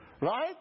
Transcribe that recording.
right